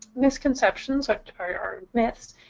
misconceptions or or myths.